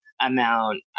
amount